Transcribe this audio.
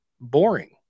boring